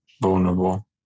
vulnerable